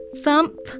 thump